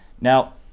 Now